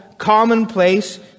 Commonplace